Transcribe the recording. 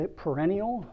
perennial